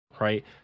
right